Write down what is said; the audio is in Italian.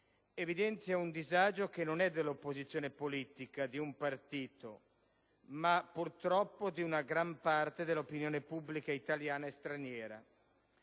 evidenza un disagio che non è dell'opposizione politica o di un partito, ma purtroppo di una gran parte dell'opinione pubblica italiana e straniera: